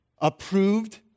approved